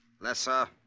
Lesser